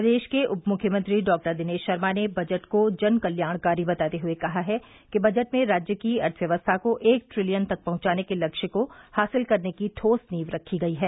प्रदेश के उपमुख्यमंत्री डॉक्टर दिनेश शर्मा ने बजट को जन कल्याणकरी बताते हये कहा है कि बजट में राज्य की अर्थव्यवस्था को एक ट्रिलियन तक पहुंचाने के लक्ष्य को हासिल करने की ठोस नींव रखी गई है